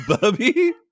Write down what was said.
Bubby